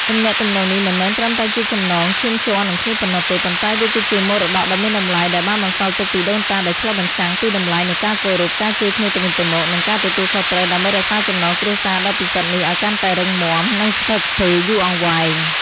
ទំនាក់ទំនងនេះមិនមែនត្រឹមតែជាចំណងឈាមជ័រនឹងគ្នាប៉ុណ្ណោះទេ ប៉ុន្តែវាគឺជាមរតកដ៏មានតម្លៃ ដែលបានបន្សល់ទុកពីដូនតា ដែលឆ្លុះបញ្ចាំងពីតម្លៃនៃការគោរព ការជួយគ្នាទៅវិញទៅមក និងការទទួលខុសត្រូវ ដើម្បីរក្សាចំណងគ្រួសារដ៏ពិសិដ្ឋនេះឱ្យកាន់តែរឹងមាំ និងស្ថិតស្ថេរយូរអង្វែង។